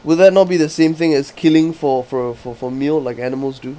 will that not be the same thing as killing for for a for for a meal like animals do